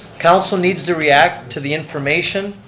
council needs to react to the information,